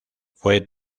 fue